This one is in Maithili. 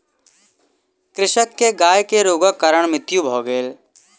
कृषक के गाय के रोगक कारण मृत्यु भ गेल